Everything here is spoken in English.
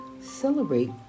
celebrate